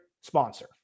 sponsor